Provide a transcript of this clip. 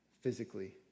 physically